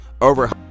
over